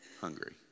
hungry